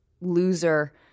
loser